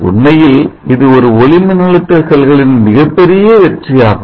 உண்மையில் இது ஒரு ஒளிமின்னழுத்த செல்களின் மிகப்பெரிய வெற்றியாகும்